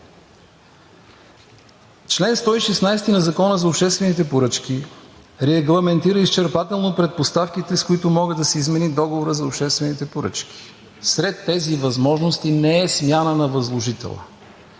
Член 116 на Закона за обществените поръчки регламентира изчерпателно предпоставките, с които може да се измени договорът за обществените поръчки. Сред тези възможности не е смяна на възложителя.